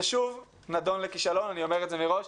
זה שוב נדון לכישלון, אני אומר את זה מראש.